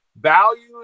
values